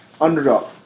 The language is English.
Underdog